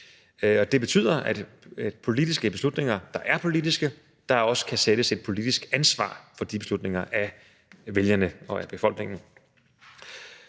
Det betyder, at der til beslutninger, der altså er politiske, også kan sættes et politisk ansvar for de beslutninger af vælgerne og befolkningen.